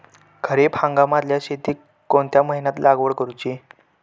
खरीप हंगामातल्या शेतीक कोणत्या महिन्यात लागवड करूची?